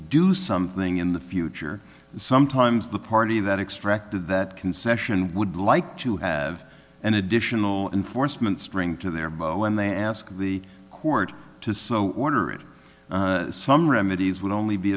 do something in the future sometimes the party that extract that concession would like to have an additional in forstmann string to their bow when they ask the court to so order it some remedies would only be